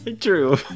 True